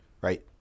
right